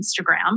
Instagram